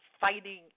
fighting